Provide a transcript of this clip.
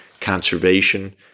conservation